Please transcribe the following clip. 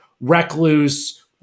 recluse